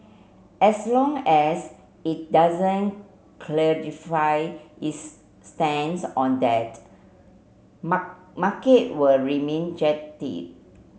as long as it doesn't clarify its stance on that market will remain jittery